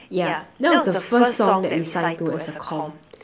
yeah that was the first song that we sung to as a comm